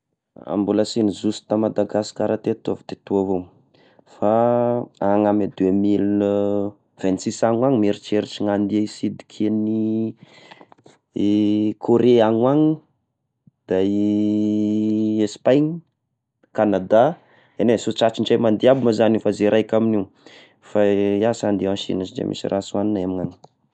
Ah mbola sy nizoso ta Madagasikara teto iaho fa teto avao, fa agny amy deux mille vingt six agny ho agny mieritreritry handeha hisidika any i Korea agny ho agny, da i Espagne, Canada, egny eh sy ho tratra indray mandeha aby moa zagny io fa izay raika amign'io, fa iaho sy handeha any Chine fa sy de misy raha azo hoagninay ny amy ny agny.